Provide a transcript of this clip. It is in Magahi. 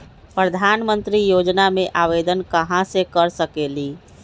प्रधानमंत्री योजना में आवेदन कहा से कर सकेली?